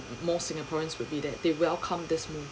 more singaporeans will be there they welcome this moment